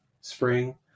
spring